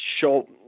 show